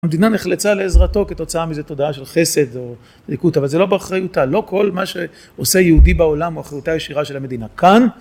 המדינה נחלצה לעזרתו כתוצאה מאיזה תודעה של חסד או אדיקות, אבל זה לא באחריותה, לא כל מה שעושה יהודי בעולם הוא אחריותה ישירה של המדינה. כאן,